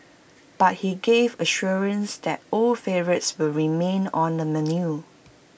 but he gave assurance that old favourites will remain on the menu